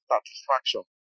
Satisfaction